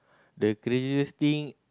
the craziest thing